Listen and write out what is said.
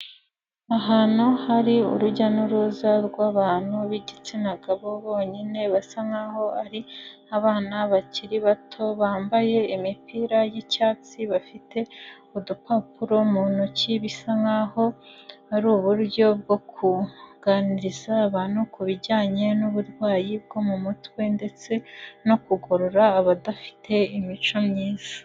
Ahantu hari urujya n'uruza rw'abantu b'igitsina gabo bonyine basa nkaho ari abana bakiri bato, bambaye imipira y'icyatsi bafite udupapuro mu ntoki, bisa nkaho ari uburyo bwo kuganiriza abantu ku bijyanye n'uburwayi bwo mu mutwe ndetse no kugorora abadafite imico myiza.